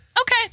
okay